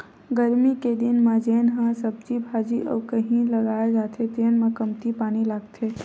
गरमी के दिन म जेन ह सब्जी भाजी अउ कहि लगाए जाथे तेन म कमती पानी लागथे